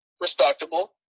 Respectable